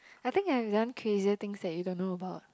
I think I have done crazier things that you don't know about